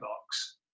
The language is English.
box